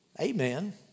Amen